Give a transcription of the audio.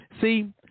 See